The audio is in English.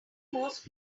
most